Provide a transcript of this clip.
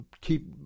keep